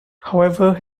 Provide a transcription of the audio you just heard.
however